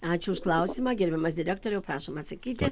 ačiū už klausimą gerbiamas direktoriau prašom atsakyti